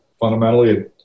fundamentally